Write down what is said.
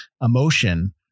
emotion